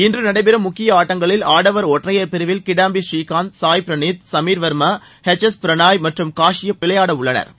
இன்று நடைபெறும் முக்கிய ஆட்டங்களில் ஆடவர் ஒற்றையர் பிரிவில் கிடாம்பி ப்ரீகாந்த் சாய் பிரநீத் சமீர் வர்மா எச் எஸ் பிரனாய் மற்றும் பாருபள்ளி காஷியப் விளையாட உள்ளனா